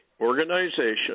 organization